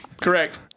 Correct